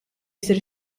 jsir